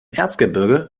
erzgebirge